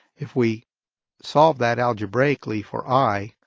if we solve that algebraically for i,